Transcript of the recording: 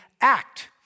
act